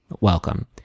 welcome